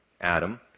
Adam